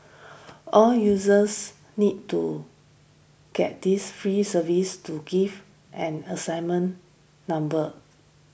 all users need to get this free service to give an assignment number